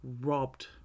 robbed